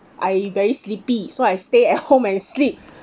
I very sleepy so I stay at home and sleep